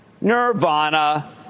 Nirvana